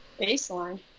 baseline